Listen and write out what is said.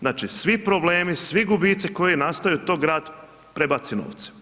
Znači, svi problemi, svi gubitci koji nastaju to grad prebaci novce.